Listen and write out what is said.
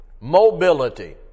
mobility